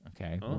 Okay